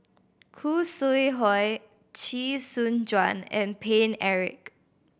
Khoo Sui Hoe Chee Soon Juan and Paine Eric